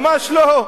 ממש לא.